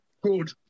good